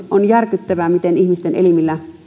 on järkyttävää miten ihmisten elimillä